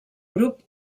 grup